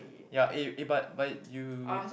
ya eh eh but but you